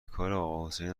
حسینی